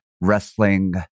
wrestling